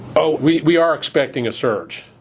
oh, we we are expecting a surge.